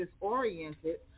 disoriented